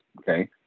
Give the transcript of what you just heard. okay